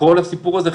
כל הסיפור הזה,